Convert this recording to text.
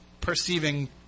perceiving